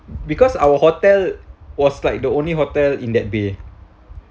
because our hotel was like the only hotel in that bay